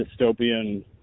dystopian